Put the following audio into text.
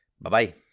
Bye-bye